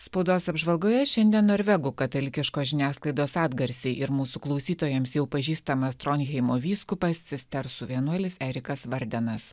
spaudos apžvalgoje šiandien norvegų katalikiškos žiniasklaidos atgarsiai ir mūsų klausytojams jau pažįstamas tronheimo vyskupas cistersų vienuolis erikas vardenas